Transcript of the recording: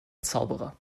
zauberer